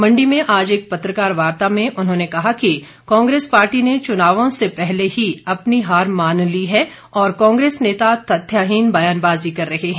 मंडी में आज एक पत्रकार वार्ता में उन्होंने कहा कि कांग्रेस पार्टी ने चुनावों से पहले ही अपनी हार मान ली है और कांग्रेस नेता तथ्यहीन ब्यानबाजी कर रहे है